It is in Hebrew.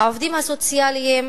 העובדים הסוציאליים